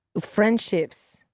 friendships